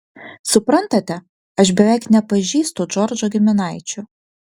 suprantate aš beveik nepažįstu džordžo giminaičių